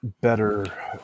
better